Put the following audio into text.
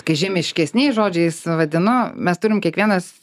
kai žemiškesniais žodžiais vadinu mes turim kiekvienas